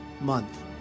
month